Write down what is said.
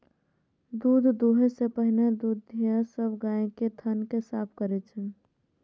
दूध दुहै सं पहिने दुधिया सब गाय के थन कें साफ करै छै